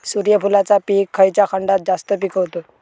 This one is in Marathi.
सूर्यफूलाचा पीक खयच्या खंडात जास्त पिकवतत?